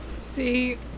See